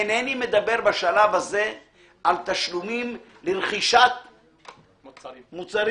אינני מדבר בשלב הזה על תשלומים לרכישת מוצרים.